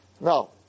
no